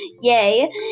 Yay